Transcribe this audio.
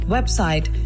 Website